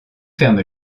ferme